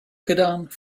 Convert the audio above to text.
gedaan